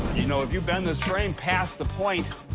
you know, if you bend this frame past the point,